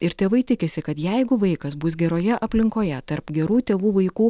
ir tėvai tikisi kad jeigu vaikas bus geroje aplinkoje tarp gerų tėvų vaikų